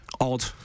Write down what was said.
Odd